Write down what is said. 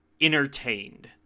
entertained